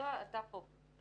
בזכותה אתה פה.